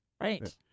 Right